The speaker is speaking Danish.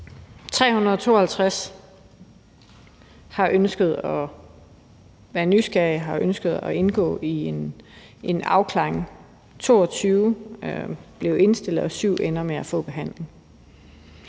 at de var nysgerrige og har ønsket at indgå i en afklaring. 22 blev indstillet, og 7 ender med at få behandling.